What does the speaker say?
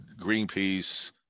Greenpeace